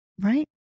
right